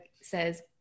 Says